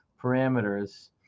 parameters